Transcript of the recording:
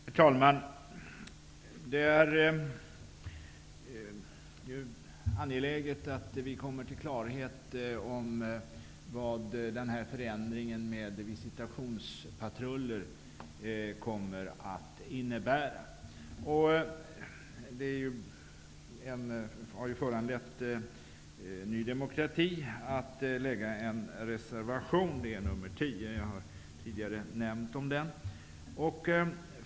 Herr talman! Det är angeläget att vi kommer till klarhet om vad förändringen med visitationspatruller kommer att innebära. Det har föranlett Ny demokrati att avge en reservation, nr 10. Jag har tidigare nämnt om den.